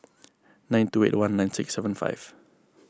nine two eight one nine six seven five